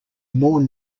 more